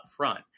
upfront